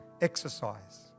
exercise